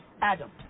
Adam